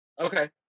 Okay